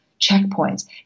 checkpoints